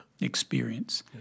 experience